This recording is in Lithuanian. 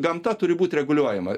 gamta turi būti reguliuojama